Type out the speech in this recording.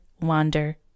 wander